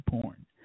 porn